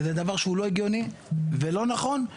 זה דבר לא הגיוני ולא נכון.